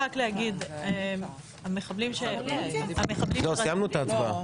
--- לא, סיימנו את ההצבעה.